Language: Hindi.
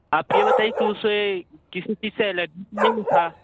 आप ये बताइए कि उसे किसी चीज़ से एलेर्जी तो नहीं था